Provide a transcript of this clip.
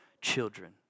children